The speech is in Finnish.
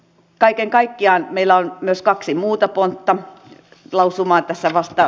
kaiken kaikkiaan meillä on myös kaksi muuta lausumaa tässä vastalauseessa